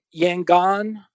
Yangon